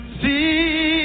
see